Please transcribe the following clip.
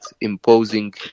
imposing